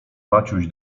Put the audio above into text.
maciuś